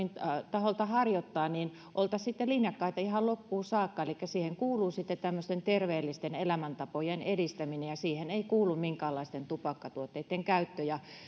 taholta harjoittaa niin oltaisiin sitten linjakkaita ihan loppuun saakka elikkä siihen kuuluu sitten tämmöisten terveellisten elämäntapojen edistäminen ja siihen ei kuulu minkäänlaisten tupakkatuotteiden käyttö